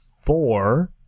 four